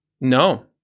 No